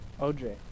OJ